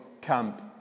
camp